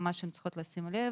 גם מה שהן צריכות לשים לב,